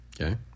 okay